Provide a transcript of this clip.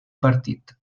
partit